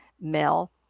Mel